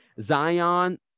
Zion